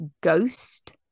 ghost